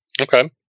okay